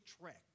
trek